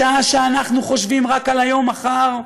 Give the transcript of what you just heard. בשעה שאנחנו חושבים רק על היום, מחר,